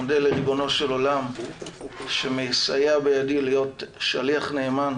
מודה לריבונו של עולם שמסייע בידי להיות שליח נאמן